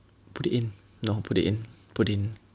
put it no put it in put in